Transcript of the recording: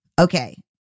Okay